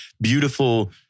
beautiful